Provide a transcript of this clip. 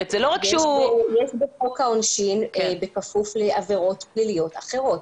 בחוק העונשין בכפוף לעבירות פליליות אחרות.